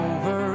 Over